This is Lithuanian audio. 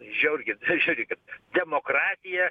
žiaurkit žiūrėkit demokratija